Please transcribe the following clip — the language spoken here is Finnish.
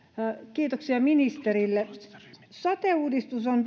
kiitoksia ministerille sote uudistus on